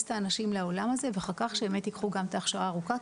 את האנשים לעולם הזה ואחר כך שבאמת ייקחו גם את ההכשרה הארוכה,